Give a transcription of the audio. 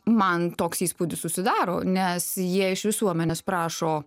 man toks įspūdis susidaro nes jie iš visuomenės prašo